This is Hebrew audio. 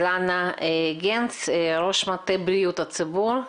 אילנה גנס, ראש מטה בריאות הציבור,